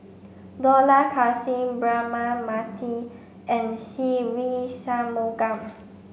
Dollah Kassim Braema Mathi and Se Ve Shanmugam